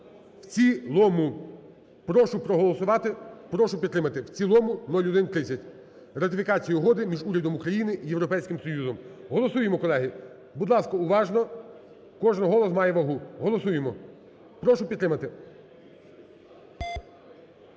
в цілому. Прошу проголосувати, прошу підтримати в цілому 0130, ратифікацію Угоди між Урядом України і Європейським Союзом. Голосуємо, колеги. Будь ласка, уважно, кожний голос має вагу. Голосуємо. Прошу підтримати.